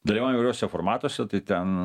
dalyvaujam įvairiuose formatuose tai ten